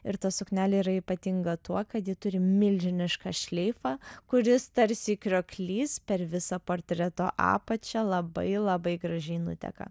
ir ta suknelė yra ypatinga tuo kad ji turi milžinišką šleifą kuris tarsi krioklys per visą portreto apačią labai labai gražiai nuteka